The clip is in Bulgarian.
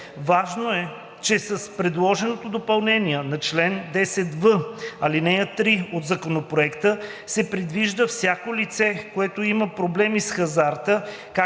Важното е, че с предложеното допълнение на чл. 10в, ал. 3 от Законопроекта се предвижда всяко лице, което има проблеми с хазарта,